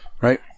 right